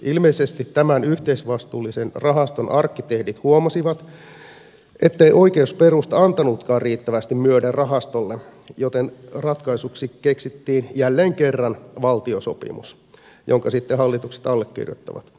ilmeisesti tämän yhteisvastuullisen rahaston arkkitehdit huomasivat ettei oikeusperusta antanutkaan riittävästi myöden rahastolle joten ratkaisuksi keksittiin jälleen kerran valtiosopimus jonka sitten hallitukset allekirjoittavat